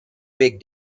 big